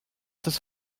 das